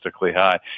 high